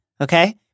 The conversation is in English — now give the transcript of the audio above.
Okay